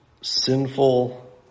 sinful